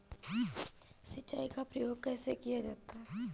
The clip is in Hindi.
सिंचाई का प्रयोग कैसे किया जाता है?